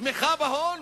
תמיכה בהון,